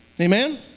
Amen